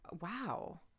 wow